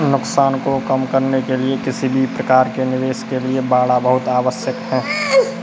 नुकसान को कम करने के लिए किसी भी प्रकार के निवेश के लिए बाड़ा बहुत आवश्यक हैं